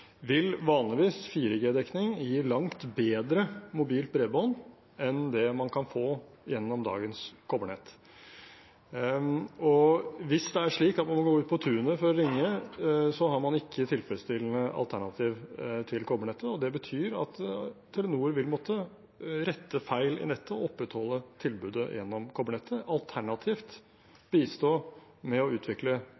vil 4G-dekning vanligvis gi langt bedre mobilt bredbånd enn det man kan få gjennom dagens kobbernett. Hvis det er slik at man må gå ut på tunet for å ringe, har man ikke tilfredsstillende alternativ til kobbernettet, og det betyr at Telenor vil måtte rette feil i nettet og opprettholde tilbudet gjennom kobbernettet, alternativt